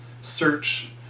Search